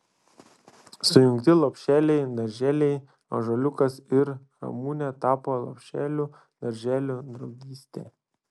sujungti lopšeliai darželiai ąžuoliukas ir ramunė tapo lopšeliu darželiu draugystė